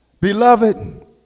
Beloved